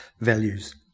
values